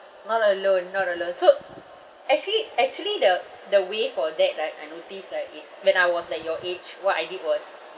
not a loan not a loan so actually actually the the way for that right I noticed right is when I was like your age what I did was